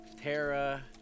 Tara